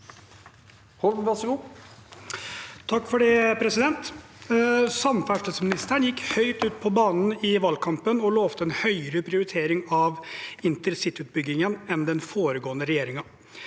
«Samferdselsmi- nisteren gikk høyt ut i valgkampen og lovet en høyere prioritering av InterCity-utbyggingen enn den foregående regjeringen.